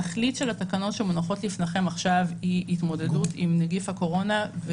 התכלית של התקנות שמונחות לפניכם עכשיו היא התמודדות עם נגיף הקורונה.